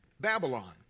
Babylon